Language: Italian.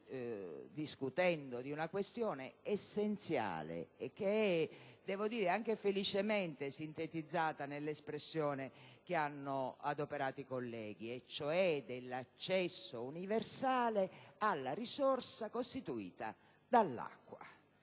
Stiamo discutendo di una questione essenziale, che è, devo dire, felicemente sintetizzata nell'espressione che hanno adoperato i colleghi, e cioè dell'accesso universale alla risorsa costituita dall'acqua.